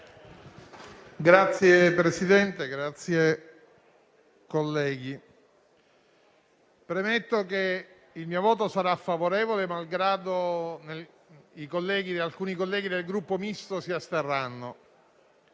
Signor Presidente, colleghi, premetto che il mio voto sarà favorevole, malgrado alcuni colleghi del Gruppo Misto si asterranno.